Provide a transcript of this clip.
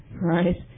right